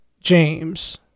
James